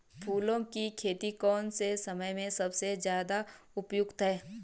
फूलों की खेती कौन से समय में सबसे ज़्यादा उपयुक्त है?